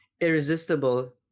irresistible